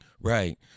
Right